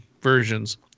versions